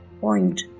point